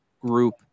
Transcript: group